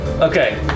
Okay